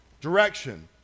direction